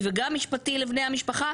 הוא לא יוכל, הוא לא יוכל.